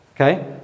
okay